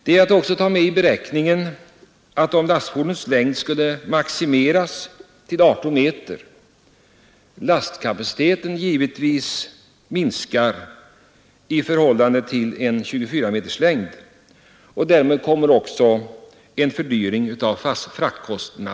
Det bör också tas med i beräkningen att en maximering av lastfordonens längd till 18 meter innebär en fördyring av frakterna.